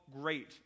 great